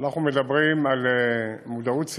כשאנחנו מדברים על מודעות ציבורית,